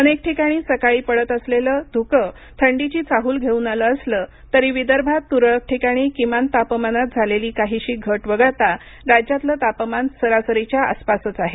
अनेक ठिकाणी सकाळी पडत असलेलं ध्कं थंडीची चाहूल घेऊन आलं असलं तरी विदर्भात तुरळक ठिकाणी किमान तापमानात झालेली काहिशी घट वगळता राज्यातलं तापमान सरासरीच्या आसपासच आहे